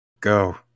go